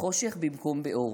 בחושך במקום באור,